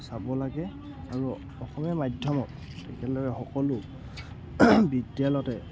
চাব লাগে আৰু অসমীয়া মাধ্যমক তেখেত লোকে সকলো বিদ্যালয়তে